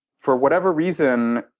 for whatever reason,